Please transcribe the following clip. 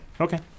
Okay